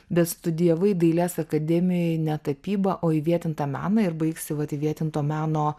bet studijavai dailės akademijoj ne tapybą o įvietintą meną ir baigsi vat įvietinto meno